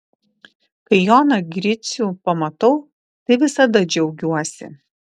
kai joną gricių pamatau tai visada džiaugiuosi